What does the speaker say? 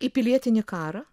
į pilietinį karą